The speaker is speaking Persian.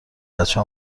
بچه